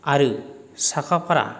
आरो साखा फारा